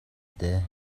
дээ